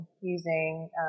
using